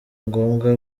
ngombwa